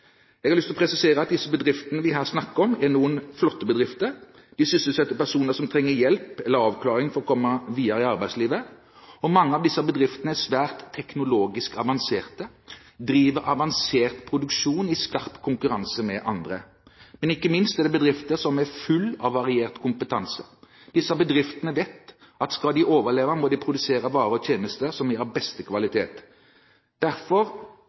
Jeg har lyst til å presisere at disse bedriftene vi her snakker om, er noen flotte bedrifter. De sysselsetter personer som trenger hjelp eller avklaring for å komme videre i arbeidslivet. Mange av disse bedriftene er svært teknologisk avanserte, driver avansert produksjon i skarp konkurranse med andre. Ikke minst er det bedrifter som er fulle av variert kompetanse. Disse bedriftene vet at skal de overleve, må de produsere varer og tjenester som er av beste kvalitet. Derfor